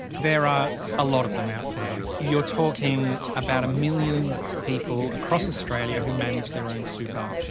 there are a lot of them out there. you're talking about a million people across australia who manage their own super.